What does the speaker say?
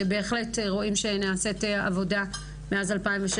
בהחלט רואים שנעשית עבודה מאז 2016,